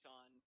on